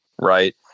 right